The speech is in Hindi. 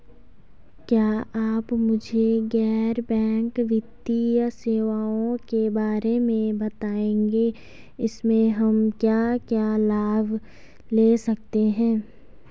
क्या आप मुझे गैर बैंक वित्तीय सेवाओं के बारे में बताएँगे इसमें हम क्या क्या लाभ ले सकते हैं?